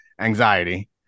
anxiety